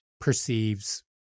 perceives